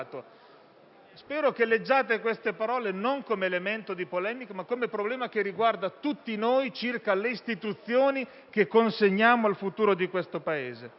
Spero che leggiate queste parole, non come elemento di polemica, ma come un problema che riguarda tutti noi circa le istituzioni che consegniamo al futuro di questo Paese.